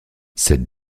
cette